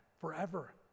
Forever